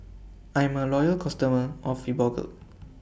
I'm A Loyal customer of Fibogel